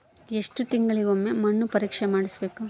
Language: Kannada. ಎಷ್ಟು ತಿಂಗಳಿಗೆ ಒಮ್ಮೆ ಮಣ್ಣು ಪರೇಕ್ಷೆ ಮಾಡಿಸಬೇಕು?